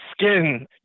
skin